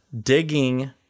digging